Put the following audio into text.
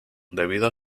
debido